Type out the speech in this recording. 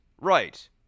right